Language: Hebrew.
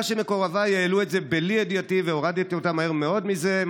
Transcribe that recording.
שמקורביי העלו את זה בלי ידיעתי והורדתי אותם מהר מאוד מזה".